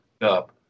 up